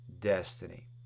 destiny